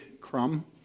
Crum